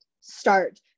start